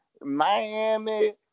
Miami